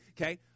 okay